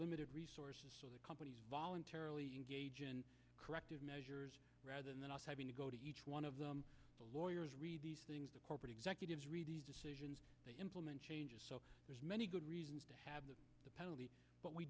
limited resources so that companies voluntarily engage in corrective measures rather than us having to go to each one of them the lawyers read these things the corporate executives read the decisions they implement changes so there's many good reasons to have the penalty but we